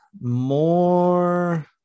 more